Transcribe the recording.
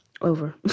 over